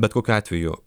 bet kokiu atveju